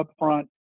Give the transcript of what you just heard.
upfront